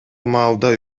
маалда